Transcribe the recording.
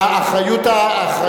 האחריות הקואליציונית חלה גם,